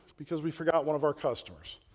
because we forgot one of our customers.